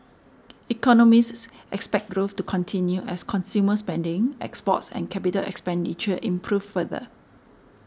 economists expect growth to continue as consumer spending exports and capital expenditure improve further